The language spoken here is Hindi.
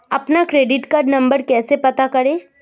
अपना क्रेडिट कार्ड नंबर कैसे पता करें?